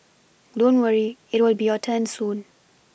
don't worry it will be your turn soon